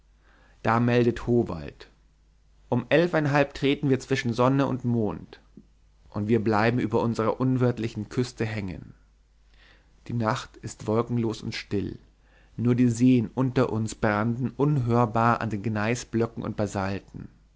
da meldet howald um elfeinhalb treten wir zwischen sonne und mond und wir bleiben über unserer unwirtlichen küste hängen die nacht ist wolkenlos und still nur die seen unter uns branden unhörbar an den gneisblöcken und